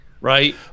Right